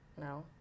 no